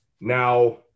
Now